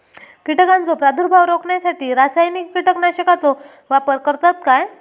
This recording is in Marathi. कीटकांचो प्रादुर्भाव रोखण्यासाठी रासायनिक कीटकनाशकाचो वापर करतत काय?